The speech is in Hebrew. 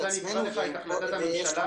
רוצה שאקרא לך את החלטת הממשלה?